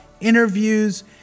interviews